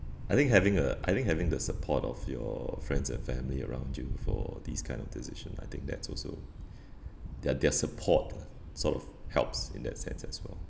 I think having uh I think having the support of your friends and family around you for this kind of decision I think that's also their their support lah sort of helps in that sense as well